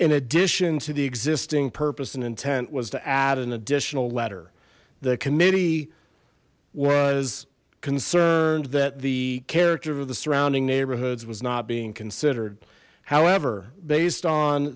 in addition to the existing purpose and intent was to add an additional letter the committee was concerned that the character of the surrounding neighborhoods was not being considered however based on